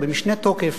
במשנה תוקף,